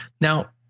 Now